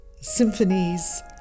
symphonies